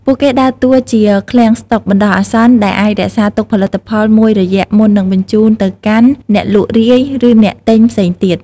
ពួកគេដើរតួជា "ឃ្លាំងស្តុក" បណ្តោះអាសន្ន ដែលអាចរក្សាទុកផលិតផលមួយរយៈមុននឹងបញ្ជូនទៅកាន់អ្នកលក់រាយ ឬអ្នកទិញផ្សេងទៀត។